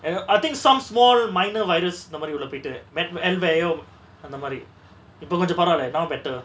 and I think some small minor virus இந்தமாரி உள்ள பெய்து:inthamari ulla peithu metyelwayo அந்தமாரி இப்ப கொஞ்சோ பரவால:anthamari ippa konjo paravala now better